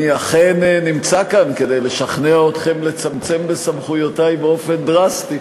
אני אכן נמצא כאן כדי לשכנע אתכם לצמצם בסמכויותי באופן דרסטי,